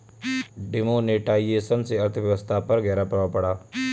demonetisation से अर्थव्यवस्था पर ग़हरा प्रभाव पड़ा